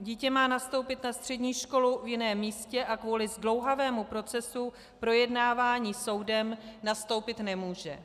Dítě má nastoupit na střední školu v jiném místě a kvůli zdlouhavému procesu v projednávání soudem nastoupit nemůže.